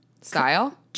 Style